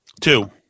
two